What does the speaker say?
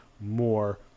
more